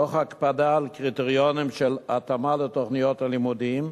תוך הקפדה על קריטריונים של התאמה לתוכניות הלימודים,